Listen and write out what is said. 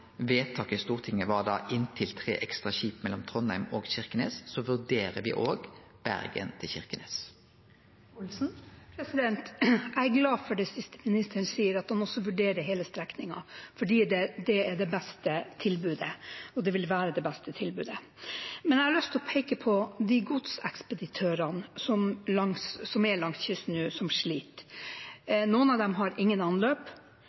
vedtaket i Stortinget var «inntil 3 ekstra skip mellom Trondheim og Kirkenes», vurderer vi òg Bergen–Kirkenes. Jeg er glad for det siste ministeren sier, at han også vurderer hele strekningen, for det er det beste tilbudet, og det vil være det beste tilbudet. Men jeg har lyst til å peke på de godsekspeditørene langs kysten som nå sliter. Noen av dem har ingen anløp.